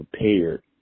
prepared